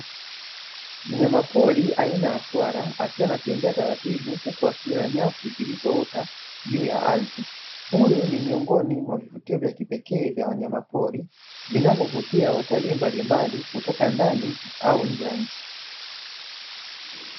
Mnyama pori aina ya swala akiwa anatembea taratibu huku akila nyasi zilizoota juu ya ardhi, huyo ni miongoni mwa misingi ya kipekee vya wanyamapori vinavyovutia watalii mbalimbali kutoka ndani au nje ya nchi.